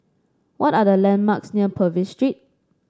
what are the landmarks near Purvis Street